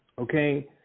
Okay